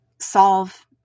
solve